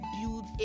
build